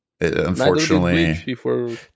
Unfortunately